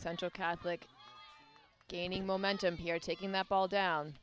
central catholic gaining momentum here taking that ball down